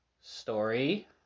story